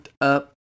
up